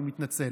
אני מתנצל.